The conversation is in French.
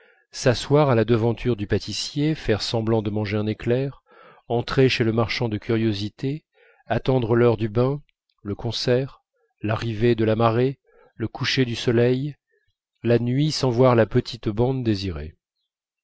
s'asseoir à la devanture du pâtissier faire semblant de manger un éclair entrer chez le marchand de curiosités attendre l'heure du bain le concert l'arrivée de la marée le coucher du soleil la nuit sans voir la petite bande désirée